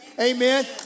Amen